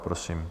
Prosím.